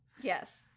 Yes